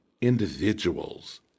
individuals